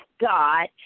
God